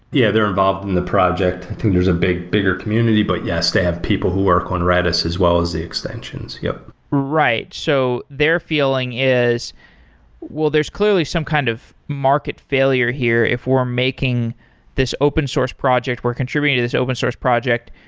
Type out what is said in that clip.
yeah, they're involved in the project. i think there's a bigger community. but, yes, they have people who work on redis as well as the extensions. yup. right. so their feeling is well, there's clearly some kind of market failure here if we're making this open-source project, we're contributing to this open-source project,